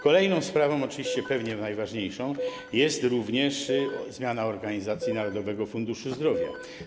Kolejną sprawą, oczywiście pewnie najważniejszą, jest również zmiana organizacji Narodowego Funduszu Zdrowia.